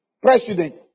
president